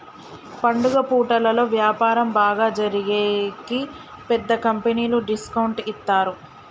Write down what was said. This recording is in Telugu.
పండుగ పూటలలో వ్యాపారం బాగా జరిగేకి పెద్ద కంపెనీలు డిస్కౌంట్ ఇత్తారు